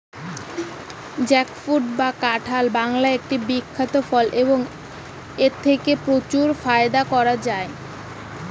jackfruit বা কাঁঠাল বাংলার একটি বিখ্যাত ফল এবং এথেকে প্রচুর ফায়দা করা য়ায়